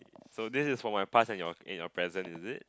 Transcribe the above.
so this is for my past and your in your present is it